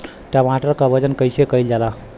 टमाटर क वजन कईसे कईल जाला?